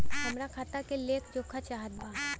हमरा खाता के लेख जोखा चाहत बा?